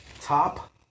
top